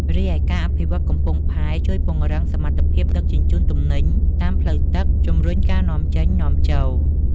រីឯការអភិវឌ្ឍន៍កំពង់ផែជួយពង្រីកសមត្ថភាពដឹកជញ្ជូនទំនិញតាមផ្លូវទឹក ជំរុញការនាំចេញនាំចូល។